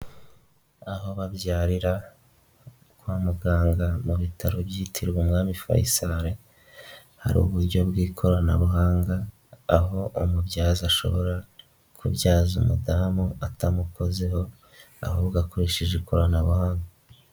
Aho babyarira, kwa muganga mu bitaro byitiririwe umwami Fayisali, hari uburyo bw'ikoranabuhanga, aho umubyaza ashobora, kubyaza umudamu atamukozeho ahubwo akoresheje ikoranabuhanga.